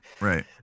right